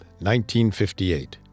1958